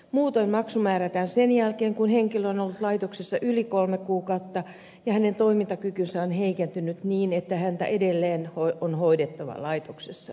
muutoin maksu määrätään sen jälkeen kun henkilö on ollut laitoksessa yli kolme kuukautta ja hänen toimintakykynsä on heikentynyt niin että häntä edelleen on hoidettava laitoksessa